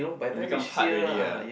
then become hard already ah